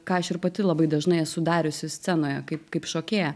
ką aš ir pati labai dažnai esu dariusi scenoje kaip kaip šokėja